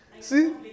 See